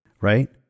right